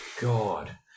God